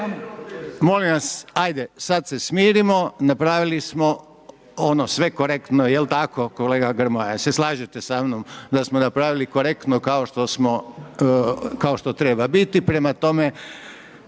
molim vas, ajde sad se smirimo, napravili smo ono sve korektno, jel tako kolega Grmoja, jel se slažete sa mnom da smo napravili korektno kao što treba biti, prema tome,